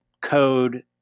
code